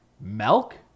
Milk